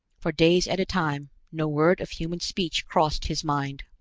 for days at a time, no word of human speech crossed his mind.